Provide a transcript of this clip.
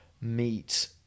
meet